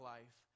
Life